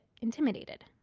intimidated